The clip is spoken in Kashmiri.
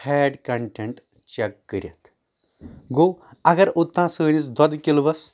فیٹ کنٹیٚنٹ چیٚک کٔرتھ گوٚو اگر اوٚتانۍ سٲنِس دۄدٕ کِلوٗ وَس